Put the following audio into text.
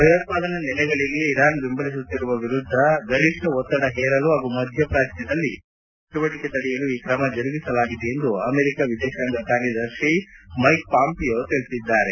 ಭಯೋತ್ವಾದನಾ ನೆಲೆಗಳಿಗೆ ಇರಾನ್ ಬೆಂಬಲಿಸುತ್ತಿರುವ ವಿರುದ್ದ ಗರಿಷ್ಟ ಒತ್ತಡ ಹೇರಲು ಹಾಗೂ ಮಧ್ಯಪಾಚ್ಯದಲ್ಲಿ ಭಯೋತ್ಪಾದನಾ ಚಟುವಟಿಕೆ ತಡೆಯಲು ಈ ಕ್ರಮ ಜರುಗಿಸಲಾಗಿದೆ ಎಂದು ಅಮೆರಿಕ ವಿದೇಶಾಂಗ ಕಾರ್ಯದರ್ತಿ ಮೈಕ್ ಪಾಂಪಿಯೊ ತಿಳಿಸಿದ್ದಾರೆ